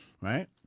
right